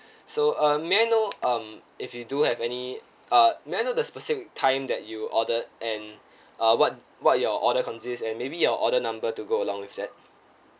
so um may I know um if you do have any uh may I know the specific time that you ordered and uh what what your order consists and maybe your order number to go along with that